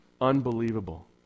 Unbelievable